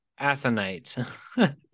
Athenite